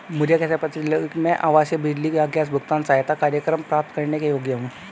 मुझे कैसे पता चलेगा कि मैं आवासीय बिजली या गैस भुगतान सहायता कार्यक्रम प्राप्त करने के योग्य हूँ?